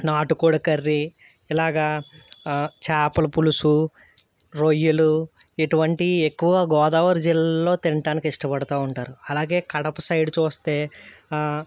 నాటుకోడి కర్రీ ఇలాగా చేపల పులుసు రొయ్యలు ఇటువంటివి ఎక్కువగా గోదావరి జిల్లాలో తినటానికి ఇష్టపడుతూ ఉంటారు అలాగే కడప సైడ్ చూస్తే